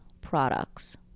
products